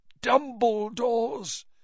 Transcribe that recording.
Dumbledores